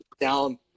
down